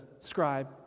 scribe